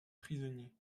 prisonnier